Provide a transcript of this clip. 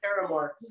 Paramore